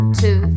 two